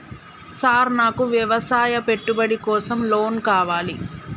Sir నాకు వ్యవసాయ పెట్టుబడి కోసం లోన్ కావాలి?